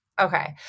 Okay